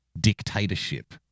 dictatorship